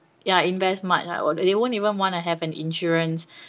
ya invest much uh or they won't even want to have an insurance